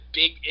big